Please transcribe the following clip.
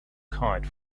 kite